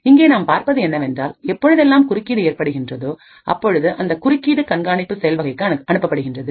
இங்கே நாம் பார்ப்பது என்னவென்றால் எப்பொழுதெல்லாம் குறுக்கீடு ஏற்படுகின்றதோ அப்பொழுது அந்த குறுக்கீடு கண்காணிப்பு செயல் வகைக்கு அனுப்பப்படுகின்றது